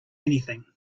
anything